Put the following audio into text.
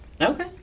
okay